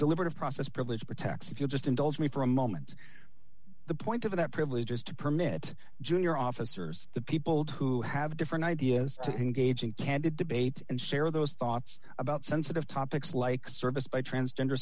deliberative process privilege protects if you just indulge me for a moment the point of that privilege is to permit junior officers the people who have different ideas to engage in candid debate and share those thoughts about sensitive topics like service by transgender